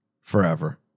forever